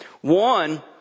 One